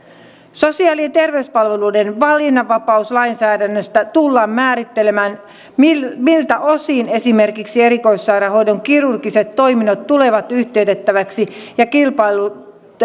sosiaali ja terveyspalveluiden valinnanvapauslainsäädännössä tullaan määrittelemään miltä miltä osin esimerkiksi erikoissairaanhoidon kirurgiset toiminnot tulevat yhtiöitettäväksi ja kilpailtujen